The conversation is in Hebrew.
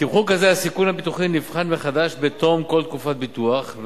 בתמחור כזה הסיכון הבטיחותי נבחן מחדש בתום כל תקופת ביטוח,